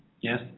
yes